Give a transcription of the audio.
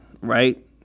right